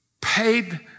paid